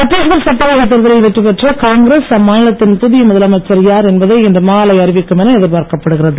சட்டீஸ்கர் சட்டமன்றத் தேர்தலில் வெற்றிபெற்ற காங்கிரஸ் அம்மாநிலத்தின் புதிய முதலமைச்சர் யார் என்பதை இன்று மாலை அறிவிக்கும் என எதிர்பார்க்கப் படுகிறது